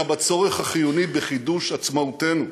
אלא בצורך החיוני בחידוש עצמאותנו.